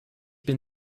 bin